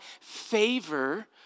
favor